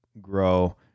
grow